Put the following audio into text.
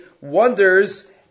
wonders